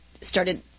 started